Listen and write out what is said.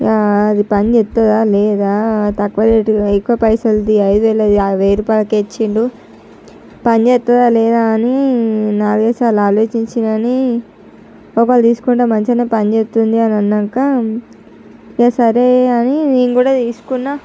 అది పనిచేస్తాదా లేదా తక్కువ రేటుది ఎక్కువ పైసల్ది ఐదు వేలాది వెయ్యి రూపాయలకు ఇచ్చిండు పనిచేస్తుందా లేదా అని నాలుగైదు సార్లు ఆలోచించినా కానీ ఒకేవేళ తీసుకుంటే మంచిగా పనిచేస్తుందని అన్నాక ఇంకా సరే అని నేను కూడా తీసుకున్న